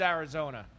Arizona